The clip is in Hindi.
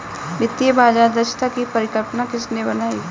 वित्तीय बाजार दक्षता की परिकल्पना किसने बनाई?